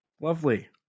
lovely